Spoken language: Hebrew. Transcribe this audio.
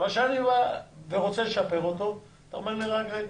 אבל כשאני רוצה לשפר אתה אומר לי: רק רגע,